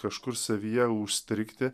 kažkur savyje užstrigti